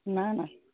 ନା ନା